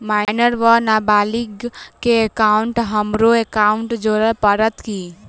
Minor वा नबालिग केँ एकाउंटमे हमरो एकाउन्ट जोड़य पड़त की?